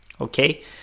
okay